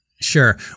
Sure